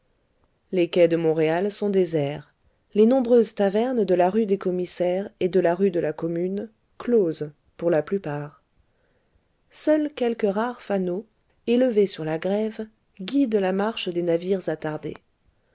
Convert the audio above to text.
les quais de montréal sont déserts les nombreuses tavernes de la rue des commissaires et de la rue de la commune closes pour la plupart seuls quelques rares fanaux élevés sur la grève guident la marche des navires attardés